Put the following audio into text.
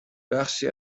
بخشی